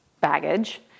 Baggage